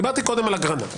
קודם על אגרנט.